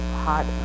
hot